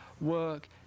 work